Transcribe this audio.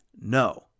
no